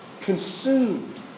consumed